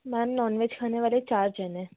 ma'am non veg खाने वाले चार जन हैं